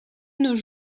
nos